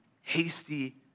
hasty